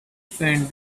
spent